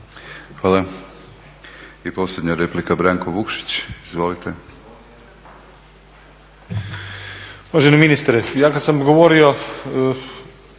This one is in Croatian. Hvala. I posljednja replika, Branko Vukšić, izvolite.